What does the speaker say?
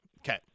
Okay